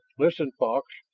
listen, fox,